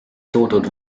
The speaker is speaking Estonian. toodud